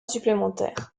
supplémentaire